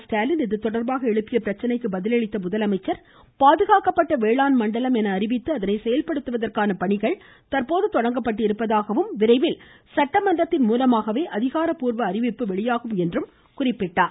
ஸ்டாலின் இது தொடர்பாக எழுப்பிய பிரச்சனைக்கு பதிலளித்த அவர் பாதுகாக்கப்பட்ட வேளாண் மண்டலம் என அறிவித்து அதை செயல்படுத்துவதற்கான பணிகள் தற்போது தொடங்கப்பட்டிருப்பதாகவும் விரைவில் சட்டமன்றத்தின் மூலமாகவே அதிகாரப்பூர்வ அறிவிப்பு வெளியாகும் என்றும் கூறினார்